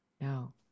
No